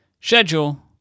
schedule